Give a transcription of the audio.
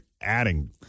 adding